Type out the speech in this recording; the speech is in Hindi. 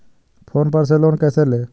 फोन पर से लोन कैसे लें?